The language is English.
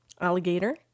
alligator